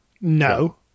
No